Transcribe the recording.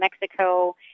Mexico